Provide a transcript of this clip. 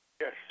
Yes